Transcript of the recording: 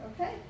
Okay